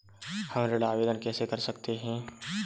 हम ऋण आवेदन कैसे कर सकते हैं?